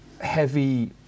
heavy